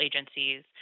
agencies